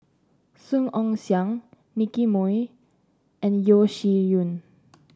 Song Ong Siang Nicky Moey and Yeo Shih Yun